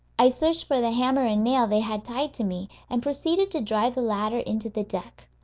i searched for the hammer and nail they had tied to me, and proceeded to drive the latter into the deck.